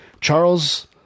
charles